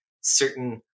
certain